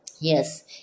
Yes